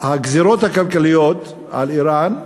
הגזירות הכלכליות על איראן,